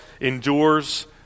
endures